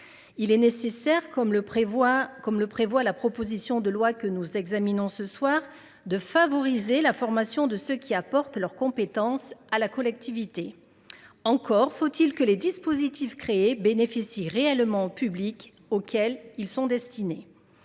Il est nécessaire, comme le prévoit la proposition de loi que nous examinons ce soir, de favoriser la formation de ceux qui apportent leurs compétences à la collectivité. Encore faut il que les dispositifs créés bénéficient réellement au public auquel ils sont destinés.